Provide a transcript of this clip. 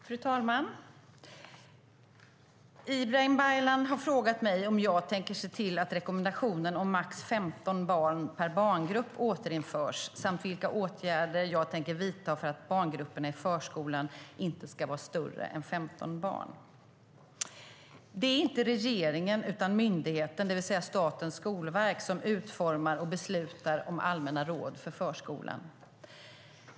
Fru talman! Ibrahim Baylan har frågat mig om jag tänker se till att rekommendationen om max 15 barn per barngrupp återinförs samt vilka åtgärder jag tänker vidta för att barngrupperna i förskolan inte ska vara större än 15 barn. Det är inte regeringen utan myndigheten, det vill säga Statens skolverk, som utformar och beslutar om allmänna råd för förskolan.